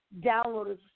downloaders